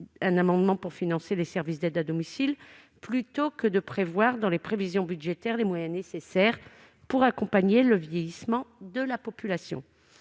d'amendements pour financer les services d'aide à domicile, plutôt que d'intégrer aux prévisions budgétaires les moyens nécessaires à l'accompagnement du vieillissement de la population.